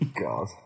God